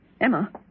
Emma